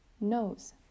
knows